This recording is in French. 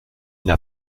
n’a